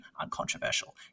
uncontroversial